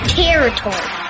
territory